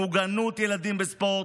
מוגנות ילדים בספורט,